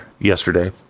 yesterday